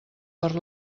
per